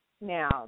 now